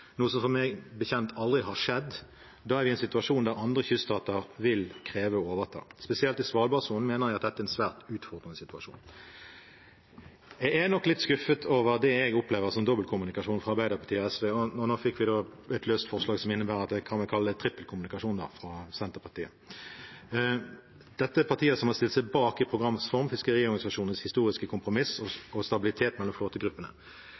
noe som meg bekjent aldri har skjedd, er vi i en situasjon der andre kyststater vil kreve å overta. Spesielt i Svalbardsonen mener jeg at dette er en svært utfordrende situasjon. Jeg er nok litt skuffet over det jeg opplever som dobbeltkommunikasjon fra Arbeiderpartiet og SV – og nå fikk vi et løst forslag fra Senterpartiet som innebærer at jeg vel kan kalle det trippelkommunikasjon. Dette er partier som i programs form har stilt seg bak fiskeriorganisasjonenes historiske kompromiss om stabilitet mellom